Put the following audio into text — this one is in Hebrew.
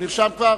הוא נרשם כבר?